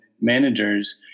managers